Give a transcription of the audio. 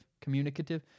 communicative